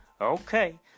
Okay